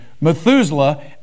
Methuselah